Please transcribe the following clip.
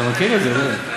אתה מכיר את זה, עמר.